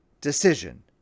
decision